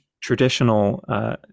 traditional